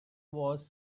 was